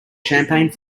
champagne